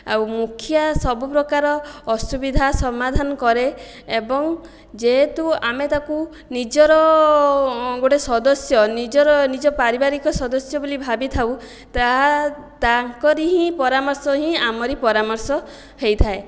ଆଉ ମୁଖିଆ ସବୁ ପ୍ରକାର ଅସୁବିଧା ସମାଧାନ କରେ ଏବଂ ଯେହେତୁ ଆମେ ତାକୁ ନିଜର ଗୋଟିଏ ସଦସ୍ୟ ନିଜର ନିଜ ପାରିବାରିକ ସଦସ୍ୟ ବୋଲି ଭାବିଥାଉ ତାହା ତାଙ୍କର ହିଁ ପରାମର୍ଶ ହିଁ ଆମରି ପରାମର୍ଶ ହୋଇଥାଏ